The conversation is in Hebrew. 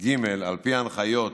על פי ההנחיות,